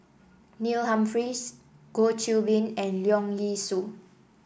Neil Humphreys Goh Qiu Bin and Leong Yee Soo